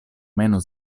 meno